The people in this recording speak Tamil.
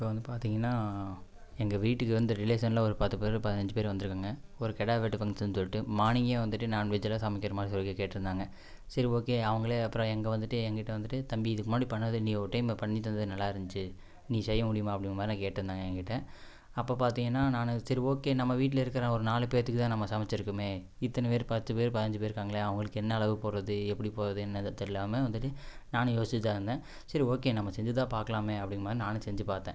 இப்போ வந்து பார்த்தீங்கன்னா எங்கள் வீட்டுக்கு வந்து ரிலேஷனில் ஒரு பத்து பேரு பதினஞ்சி பேரு வந்துருக்காங்க ஒரு கிடா வெட்டு ஃபங்க்ஷன் சொல்லிட்டு மார்னிங்கே வந்துட்டு நான்வெஜ் எல்லாம் சமைக்கிற மாதிரி சொல்லி கேட்டுருந்தாங்க சரி ஓகே அவங்களே அப்பறோம் எங்கள் வந்துட்டு என்கிட்ட வந்துட்டு தம்பி இதுக்கு முன்னாடி பண்ணதுல நீ ஒரு டைம் பண்ணி தந்தது நல்லா இருந்துச்சி நீ செய்ய முடியுமா அப்படிங்கிற மாதிரிலாம் கேட்டுருந்தாங்க எங்கிட்ட அப்போ பார்த்தீங்கன்னா நான் சரி ஓகே நம்ம வீட்டில் இருக்கிற ஒரு நாலு பேர்த்துக்கு தான் நம்ம சமச்சிருக்கமே இத்தனை பேரு பத்து பேரு பதினஞ்சி பேரு இருக்காங்களே அவங்களுக்கு என்ன அளவு போடுறது எப்படி போடுறது என்னதுன்னு தெரியாலாம வந்துட்டு நானும் யோசிச்சிட்டு தான் இருந்தேன் சரி ஓகே நம்ம செஞ்சு தான் பார்க்கலாமே அப்டின்ன மாதிரி நானும் செஞ்சு பார்த்தேன்